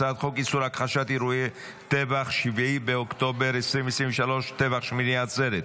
הצעת חוק איסור הכחשת אירועי טבח 7 באוקטובר 2023 (טבח שמיני עצרת),